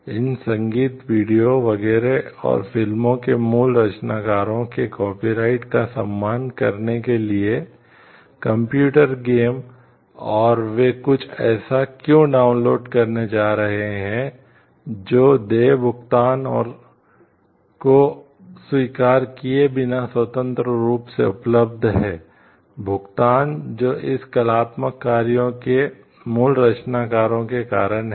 इन संगीत वीडियो वगैरह और फिल्मों के मूल रचनाकारों के कॉपीराइट करने जा रहे हैं जो देय भुगतान को स्वीकार किए बिना स्वतंत्र रूप से उपलब्ध है भुगतान जो इन कलात्मक कार्यों के मूल रचनाकारों के कारण है